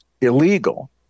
illegal